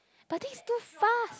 but this's too fast